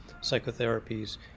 psychotherapies